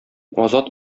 азат